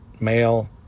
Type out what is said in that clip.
male